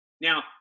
Now